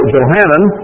Johanan